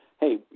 hey